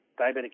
diabetic